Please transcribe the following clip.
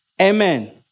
Amen